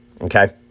Okay